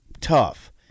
tough